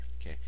Okay